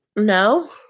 No